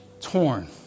torn